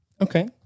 Okay